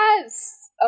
Yes